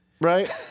Right